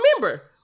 remember